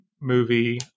movie